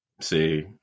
See